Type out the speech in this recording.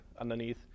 underneath